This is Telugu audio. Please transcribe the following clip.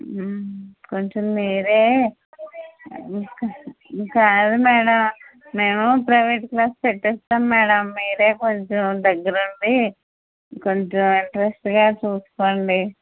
కొంచెం మీరే కాదు మేడం మేము ప్రైవేట్ క్లాస్ పెట్టిస్తాము మేడం మీరే కొంచెం దగ్గర ఉంది కొంచెం ఇంట్రెస్ట్గా చూసుకోండి